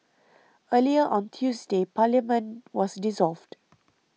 earlier on Tuesday Parliament was dissolved